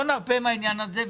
לא נרפה מהעניין הזה.